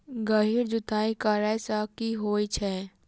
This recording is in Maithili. गहिर जुताई करैय सँ की होइ छै?